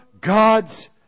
God's